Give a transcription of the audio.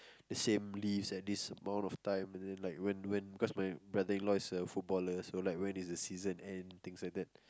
the same leaves and this amount of time and the like when when because my wedding law is a footballer so when does the season ends things like that